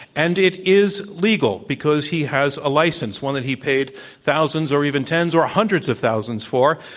and it is legal because he has a license, one that he paid thousands or even tens or ah hundreds of thousands for,